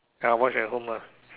ya watch at home lah